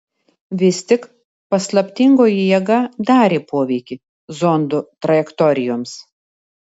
vis tik paslaptingoji jėga darė poveikį zondų trajektorijoms